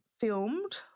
filmed